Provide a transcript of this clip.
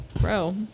bro